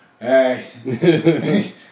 hey